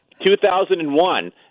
2001